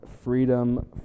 Freedom